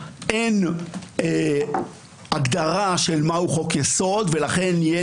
אין הגדרה של מהו חוק יסוד ולכן יהיה